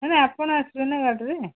ନା ନା ଆପଣ ଆସିବେ ନା ଗାଡ଼ିରେ